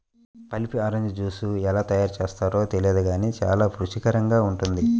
pulpy orange juice ఎలా తయారు చేస్తారో తెలియదు గానీ చాలా రుచికరంగా ఉంటుంది